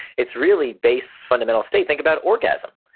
it's really base fundamental state. think about orgasm.